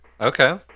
Okay